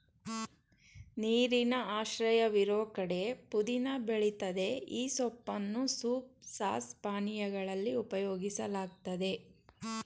ನೀರಿನ ಆಶ್ರಯವಿರೋ ಕಡೆ ಪುದೀನ ಬೆಳಿತದೆ ಈ ಸೊಪ್ಪನ್ನು ಸೂಪ್ ಸಾಸ್ ಪಾನೀಯಗಳಲ್ಲಿ ಉಪಯೋಗಿಸಲಾಗ್ತದೆ